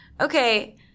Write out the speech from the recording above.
okay